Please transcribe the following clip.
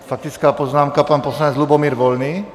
Faktická poznámka, pan poslanec Lubomír Volný.